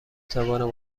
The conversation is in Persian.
توانم